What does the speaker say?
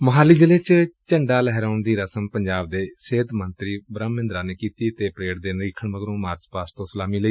ਮੁਹਾਲੀ ਜ਼ਿਲ੍ਲੇ ਚ ਝੰਡਾ ਲਹਿਰਾਉਣ ਦੀ ਰਸਮ ਪੰਜਾਬ ਦੇ ਸਿਹਤ ਮੰਤਰੀ ਬੂਹਮ ਮਹਿੰਦਰਾ ਨੇ ਅਦਾ ਕੀਤੀ ਅਤੇ ਪਰੇਡ ਦੇ ਨਿਰੀਖਣ ਕਰਨ ਮਗਰੋ ਮਾਰਚ ਪਾਸਟ ਤੋ ਸਲਾਮੀ ਲਈ